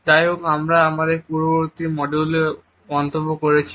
যাইহোক যেমন আমরা আমাদের পূর্ববর্তী মডিউলে মন্তব্য করেছি